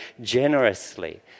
generously